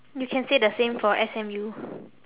you can say the same for S_M_U